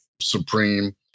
supreme